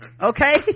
Okay